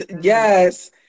Yes